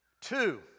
Two